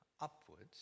upwards